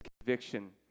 conviction